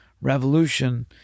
revolution